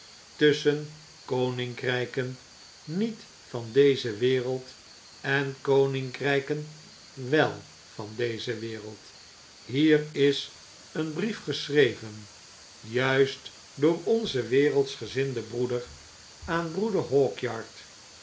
tusschen koninkrpen niet van deze wereld en koninkrpen wel van deze wereld hier is een brief geschreven juist door onzen wereldschgezinden broeder aan broeder